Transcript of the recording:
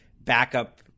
backup